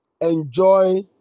enjoy